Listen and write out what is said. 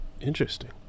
Interesting